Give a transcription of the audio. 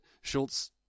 Schultz